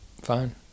Fine